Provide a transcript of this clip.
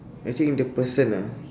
I think the person ah